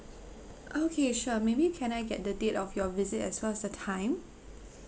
okay sure maybe can I get the date of your visit as well as the time